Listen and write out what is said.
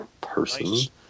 person